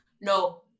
No